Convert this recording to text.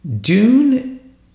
Dune